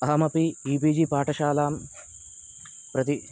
अहम् अपि E P G पाठशालां प्रति